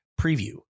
preview